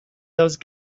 those